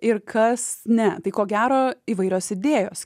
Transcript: ir kas ne tai ko gero įvairios idėjos